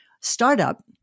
startup